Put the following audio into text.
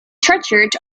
churchyard